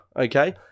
okay